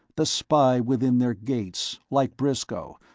the spy within their gates, like briscoe,